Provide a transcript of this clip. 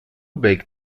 baked